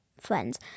friends